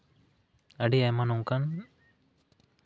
ᱟᱹᱰᱤ ᱟᱭᱢᱟ ᱱᱚᱝᱠᱟᱱ